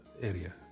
area